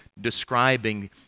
describing